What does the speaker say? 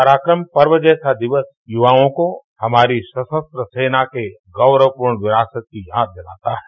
पराक्रम पर्व जैसा दिवस युवाओं को हमारी सशस्त्र सेना के गौरवपूर्ण विरासत की याद दिलाता है